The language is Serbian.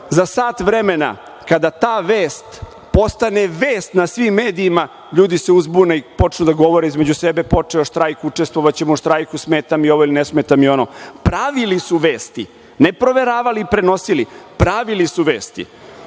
Za sat vremena, kada ta vest postane vest na svim medijima, ljudi se uzbune i počnu da govore između sebe – počeo štrajk, učestvovaćemo u štrajku, smeta mi ovo, ili ne smeta mi ono. Pravili su vesti, ne proveravali, prenosili, pravili su vesti. Vučiću